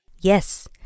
Yes